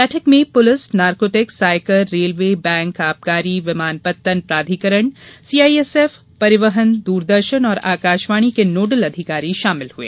बैठक में police narcotics आयकर रेलवे बैंक आबकारी विमानपत्तन प्राधिकरण सीआईएसएफ परिवहन दूरदर्शन और आकशवाणी के नोडल अधिकारी शामिल हुए